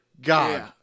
God